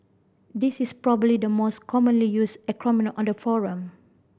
this is probably the most commonly used acronym on the forum